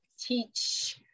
teach